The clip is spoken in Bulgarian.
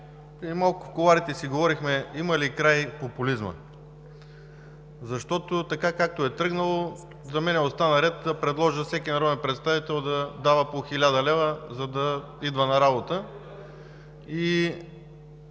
малко в кулоарите си говорихме – има ли край популизмът. Така, както е тръгнало, за мен остана да предложа всеки народен представител да дава по 1000 лв., за да идва на работа